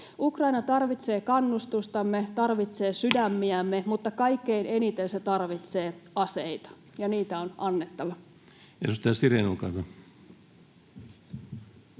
Ukraina tarvitsee kannustustamme, tarvitsee sydämiämme, mutta kaikkein eniten se tarvitsee aseita, ja niitä on annettava. [Speech 8] Speaker: